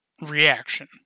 reaction